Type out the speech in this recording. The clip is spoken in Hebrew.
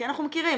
כי אנחנו מכירים,